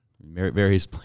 Various